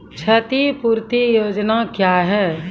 क्षतिपूरती योजना क्या हैं?